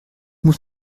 muss